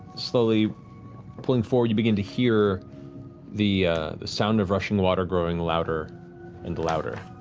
slowly pulling forward you begin to hear the sound of rushing water growing louder and louder.